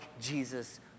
Jesus